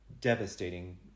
devastating